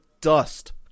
dust